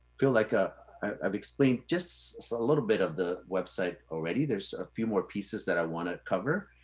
feel like ah i've explained just a little bit of the website already. there's a few more pieces that i wanna cover.